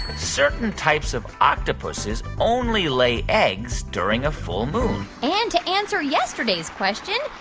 certain types of octopuses only lay eggs during a full moon? and to answer yesterday's question,